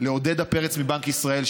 לעודדה פרץ מבנק ישראל,